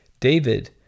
David